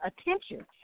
attention